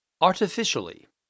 Artificially